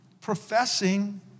professing